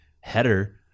header